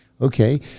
Okay